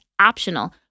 optional